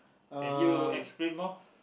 can you explain more